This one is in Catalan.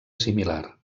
similar